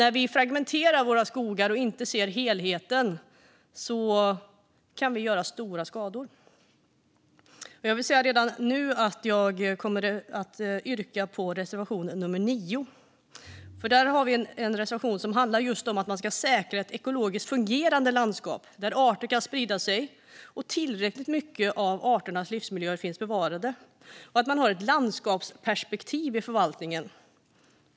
När vi fragmenterar våra skogar och inte ser helheten kan vi orsaka stora skador. Jag vill säga redan nu att jag kommer att yrka bifall till reservation 9. Den handlar just om att man ska säkra ett ekologiskt fungerande landskap, där arter kan sprida sig och där tillräckligt mycket av arternas livsmiljöer finns bevarade. Man ska ha ett landskapsperspektiv i förvaltningen.